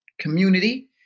community